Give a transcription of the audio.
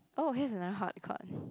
oh here's another hot